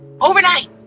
overnight